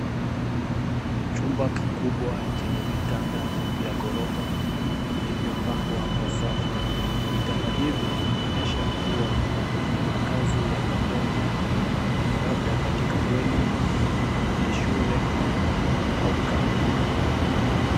Chumba kikubwa chenye vitanda vya ghorofa vilivyopangwa kwa safu. Vitanda hivi vinaonyesha kuwa ni makazi ya pamoja, labda katika bweni la shule au kambi.